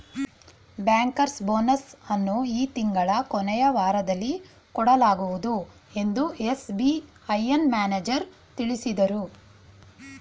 bankers bonus ಅನ್ನು ಈ ತಿಂಗಳ ಕೊನೆಯ ವಾರದಲ್ಲಿ ಕೊಡಲಾಗುವುದು ಎಂದು ಎಸ್.ಬಿ.ಐನ ಮ್ಯಾನೇಜರ್ ತಿಳಿಸಿದರು